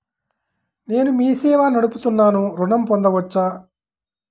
నేను మీ సేవా నడుపుతున్నాను ఋణం పొందవచ్చా?